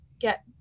get